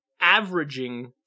averaging